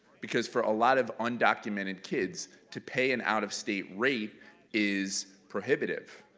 because for a lot of undocumented kids to pay an out-of-state rate is prohibitive,